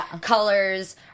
Colors